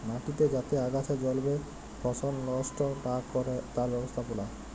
মাটিতে যাতে আগাছা জল্মে ফসল লস্ট লা ক্যরে তার ব্যবস্থাপালা